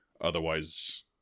otherwise